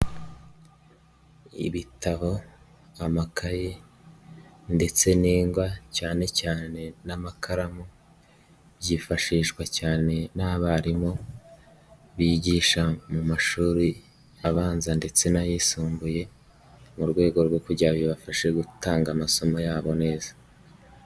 Ibitabo, amakaye ndetse n'ingwa cyane cyane n'amakaramu, byifashishwa cyane n'abarimu bigisha mu mashuri abanza ndetse n'ayisumbuye, mu rwego rwo kugira bibafashe gutanga amasomo yabo neza.